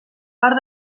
part